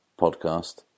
podcast